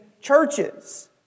churches